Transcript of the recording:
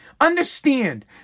Understand